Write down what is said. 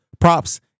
props